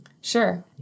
Sure